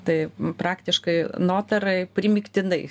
tai praktiškai notarai primygtinai